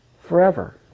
forever